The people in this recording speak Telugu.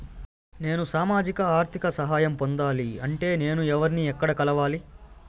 నేను సామాజిక ఆర్థిక సహాయం పొందాలి అంటే నేను ఎవర్ని ఎక్కడ కలవాలి?